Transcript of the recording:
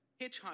hitchhike